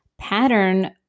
pattern